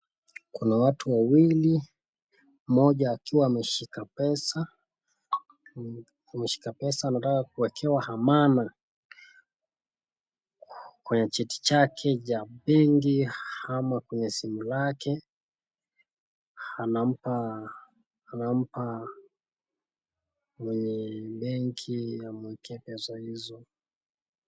Kuna watu wawili mmoja akiwa ameshika pesa, ameshika pesa anataka kuwekewa hamana kwenye cheti chake cha benki, ama kwenye simu lake anampa mwenye benki amwekee pesa hizo.